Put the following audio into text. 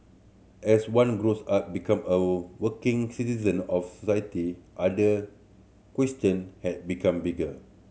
as one grows up become of working citizen of society other question had become bigger